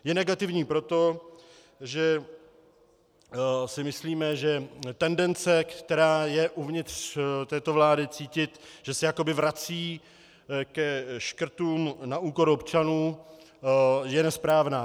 Je negativní proto, že si myslíme, že tendence, která je uvnitř této vlády cítit, že se jakoby vrací ke škrtům na úkor občanů, je nesprávná.